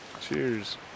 Cheers